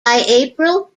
april